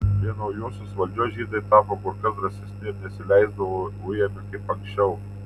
prie naujosios valdžios žydai tapo kur kas drąsesni ir nesileisdavo ujami kaip anksčiau